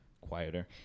quieter